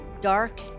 dark